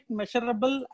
measurable